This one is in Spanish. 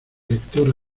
lector